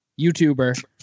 YouTuber